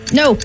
no